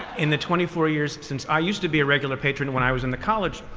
in the twenty four years since i used to be a regular patron when i was in the college.